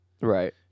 Right